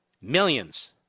millions